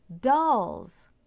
dolls